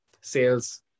sales